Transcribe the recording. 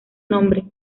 nombre